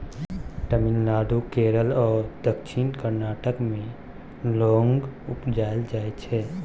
तमिलनाडु, केरल आ दक्षिण कर्नाटक मे लौंग उपजाएल जाइ छै